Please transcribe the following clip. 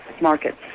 markets